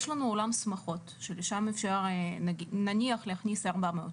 יש לנו אולם שמחות שלשם אפשר נניח להכניס 400 איש,